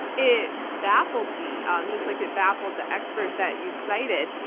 it baffled me um just like it baffled the expert that you cited.